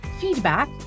feedback